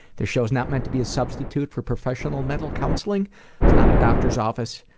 this show is not meant to be a substitute for professional mental counselling it's not a doctor's office,